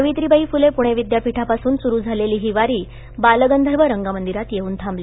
सावि ीबाई फुले वि ापीठापासून सु झालेली ही वारी बालगंधव रंगमंदिरात येऊन थांबली